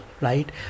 right